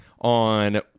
on